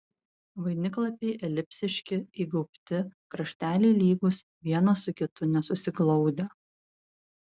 vainiklapiai elipsiški įgaubti krašteliai lygūs vienas su kitu nesusiglaudę